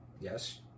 Yes